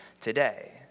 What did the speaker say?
today